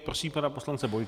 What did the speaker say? Prosím pana poslance Bojka.